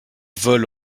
vole